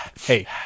Hey